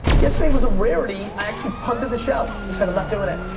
yesterday was a rarity, i actually punted the show. just said i'm not doing it.